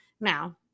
Now